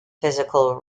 physical